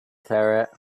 ferret